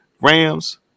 Rams